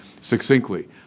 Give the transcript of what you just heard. succinctly